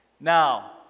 Now